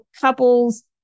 couples